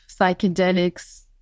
psychedelics